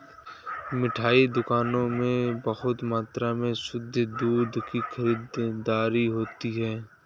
मिठाई दुकानों में बहुत मात्रा में शुद्ध दूध की खरीददारी होती है